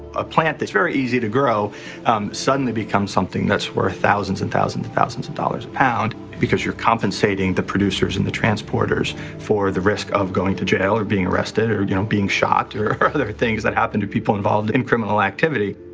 a plant that's very easy to grow suddenly becomes something that's worth thousands and thousands and thousands of dollars a pound because you're compensating the producers and the transporters for the risk of going to jail or being arrested or you know being shot or or other things that happen to people involved in criminal activity.